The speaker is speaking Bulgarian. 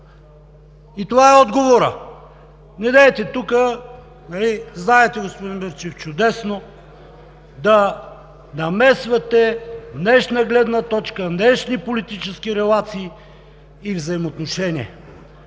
И това е отговорът. Недейте тук – знаете, господин Мирчев, чудесно да намесвате днешна гледна точка, днешни политически релации и взаимоотношения.